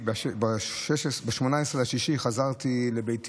ב-18 ביוני חזרתי לביתי